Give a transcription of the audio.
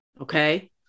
Okay